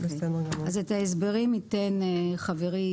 ואת ההסברים ייתן חברי